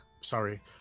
Sorry